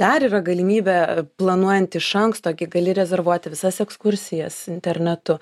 dar yra galimybė planuojant iš anksto gi gali rezervuoti visas ekskursijas internetu